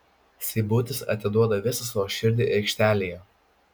seibutis atiduoda visą savo širdį aikštelėje